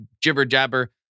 jibber-jabber